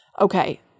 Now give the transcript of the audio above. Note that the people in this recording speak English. Okay